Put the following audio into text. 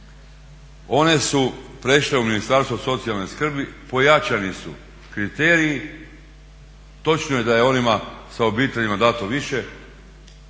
One su prešle u Ministarstvo socijalne skrbi, pojačani su kriteriji. Točno je da je onima sa obiteljima dato više,